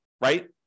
right